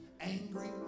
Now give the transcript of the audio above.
angry